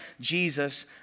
Jesus